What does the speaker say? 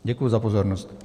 Děkuji za pozornost.